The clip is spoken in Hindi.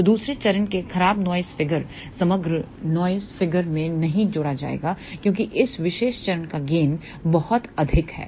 तो दूसरे चरण के खराब नॉइस फिगर समग्र नॉइस फिगर में नहीं जोड़ा जाएगा क्योंकि इस विशेष चरण का गेन बहुत अधिक है